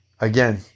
again